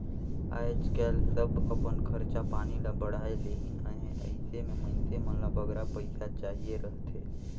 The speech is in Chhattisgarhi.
आएज काएल सब अपन खरचा पानी ल बढ़ाए लेहिन अहें अइसे में मइनसे मन ल बगरा पइसा चाहिए रहथे